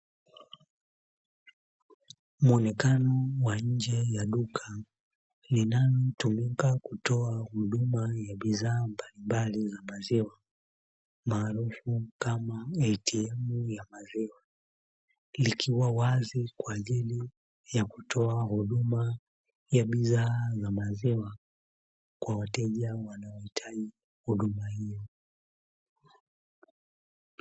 Muonekano wa nje ya duka, linalotumika kutoa huduma ya bidhaa mbalimbali za maziwa maarufu kama ''ATM ya MAZIWA'', likiwa wazi kwaajili ya kutoa huduma ya bidhaa za maziwa, kwa wateja wanaohitaji huduma hiyo.